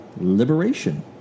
liberation